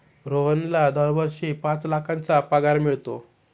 रोहनला दरवर्षी पाच लाखांचा पगार मिळतो